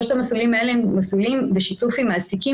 שלושת המסלולים האלה הם מסלולים בשיתוף עם מעסיקים